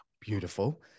Beautiful